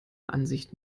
ansicht